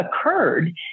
occurred